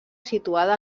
situada